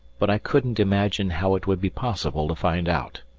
but i couldn't imagine how it would be possible to find out.